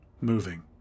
moving